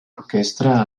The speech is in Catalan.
orquestra